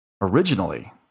originally